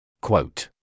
Quote